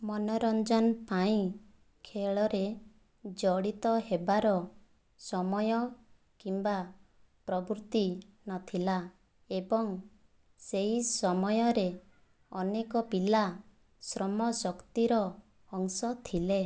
ମନୋରଞ୍ଜନ ପାଇଁ ଖେଳରେ ଜଡ଼ିତ ହେବାର ସମୟ କିମ୍ବା ପ୍ରବୃତ୍ତି ନଥିଲା ଏବଂ ସେହି ସମୟରେ ଅନେକ ପିଲା ଶ୍ରମ ଶକ୍ତିର ଅଂଶ ଥିଲେ